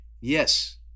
Yes